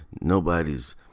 nobody's